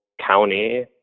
county